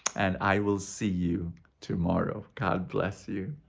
and i will see you tomorrow. god bless you!